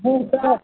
पूजा